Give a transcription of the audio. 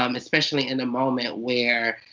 um especially in a moment where,